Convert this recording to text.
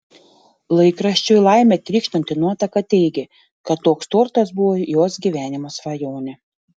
laikraščiui laime trykštanti nuotaka teigė kad toks tortas buvo jos gyvenimo svajonė